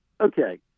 Okay